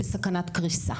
בסכנת קריסה.